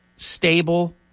stable